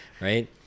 Right